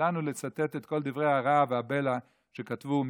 שלנו לצטט את כל דברי הרהב והבלע שהם כתבו,